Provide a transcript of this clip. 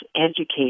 educate